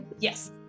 Yes